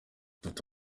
dufite